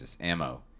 ammo